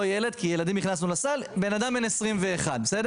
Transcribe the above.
לא ילד, כי ילדים הכנסנו לסל, בן אדם בן 21 בסדר?